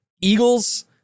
Eagles